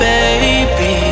Baby